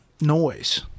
noise